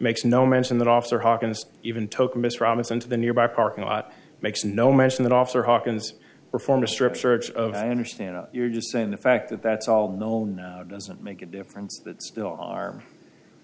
makes no mention that officer hawkins even took miss robinson to the nearby parking lot makes no mention that officer hawkins performed a strip search of i understand you're just saying the fact that that's all known now doesn't make a difference that still armed